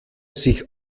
sich